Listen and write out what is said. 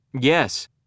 Yes